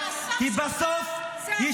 כי בסוף יישחטו פה,